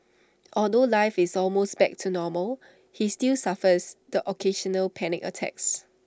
although life is almost back to normal he still suffers the occasional panic attacks